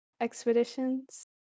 expeditions